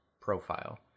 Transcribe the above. profile